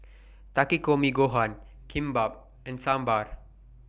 Takikomi Gohan Kimbap and Sambar